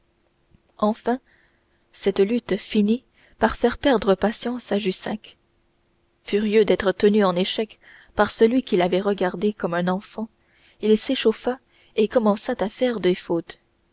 enfin cette lutte finit par faire perdre patience à jussac furieux d'être tenu en échec par celui qu'il avait regardé comme un enfant il s'échauffa et commença à faire des fautes